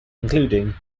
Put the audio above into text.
including